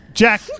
Jack